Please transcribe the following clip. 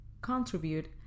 contribute